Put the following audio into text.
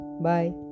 Bye